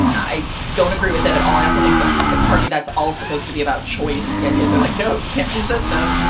i don't agree with that at all. i also think that the party that's all supposed to be about choice, the idea, they're like, no, you can't do this, though.